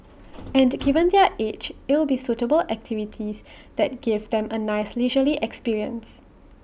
and given their age it'll be suitable activities that give them A nice leisurely experience